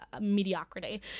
mediocrity